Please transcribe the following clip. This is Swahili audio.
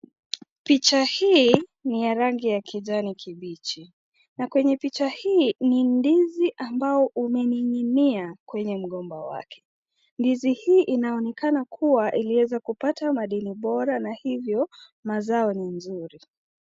Picha hii ni ya rangi ya kijani kibichi. Na kwenye picha hii ni ndizi ambao umening'inia kwenye mgomba wake. Ndizi hii inaonekana kuwa iliweza kupata madini bora na hivyo, mazao ni nzuri.